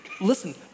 Listen